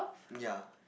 ya